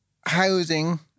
housing